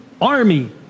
army